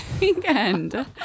weekend